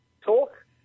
talk